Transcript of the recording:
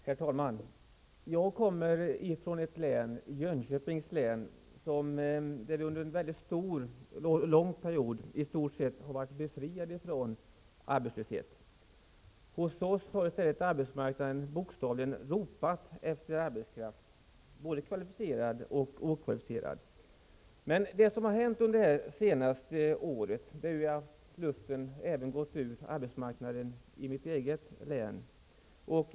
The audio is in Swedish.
Herr talman! Jag kommer ifrån ett län, Jönköpings län, där vi under en mycket lång period i stort sett har varit befriade från arbetslöshet. Hos oss har i stället arbetsmarknaden bokstavligt ropat efter arbetskraft, både kvalificerad och okvalificerad. Under det senaste året har luften även gått ur arbetsmarknaden i mitt eget län.